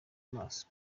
amaso